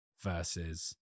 versus